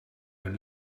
een